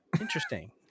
interesting